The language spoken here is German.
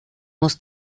muss